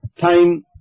time